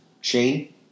Shane